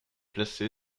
placé